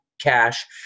cash